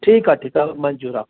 ठीकु आहे ठीकु आहे मंजूर आहे